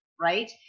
right